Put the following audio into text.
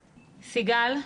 סיגל.